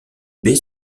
baie